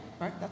right